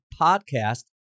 podcast